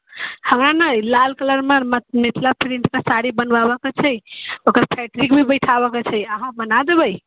हमरा ने लाल कलरमे मिथिला प्रिंटमे साड़ी बनवाबयके छै ओकर एप्लिक भी बैठाबयके छै अहाँ बना देबै